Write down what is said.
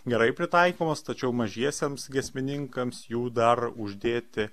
gerai pritaikomos tačiau mažiesiems giesmininkams jų dar uždėti